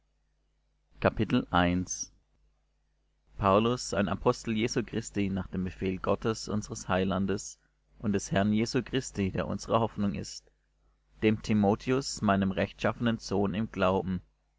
paulus ein apostel jesu christi nach dem befehl gottes unsers heilandes und des herrn jesu christi der unsre hoffnung ist dem timotheus meinem rechtschaffenen sohn im glauben